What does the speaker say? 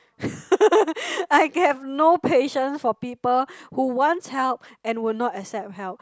I have no patience for people who wants help and would not accept help